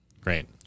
Great